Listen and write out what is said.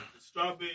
strawberry